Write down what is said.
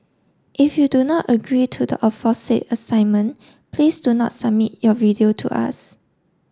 if you do not agree to the aforesaid assignment please do not submit your video to us